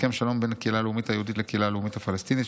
הסכם שלום בין הקהילה הלאומית היהודית לקהילה הלאומית הפלסטינית,